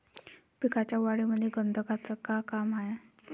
पिकाच्या वाढीमंदी गंधकाचं का काम हाये?